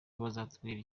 bazatubwira